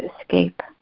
escape